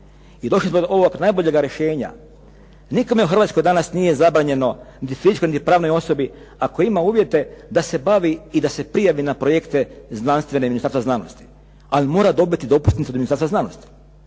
I došli smo do ovog najboljega rješenja. Nikome u Hrvatskoj danas nije zabranjeno ni fizičkoj ni pravnoj osobi ako ima uvjete da se bavi i da se prijavi na projekte znanstvene Ministarstva znanosti, ali mora dobiti dopusnicu Ministarstva znanosti.